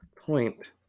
point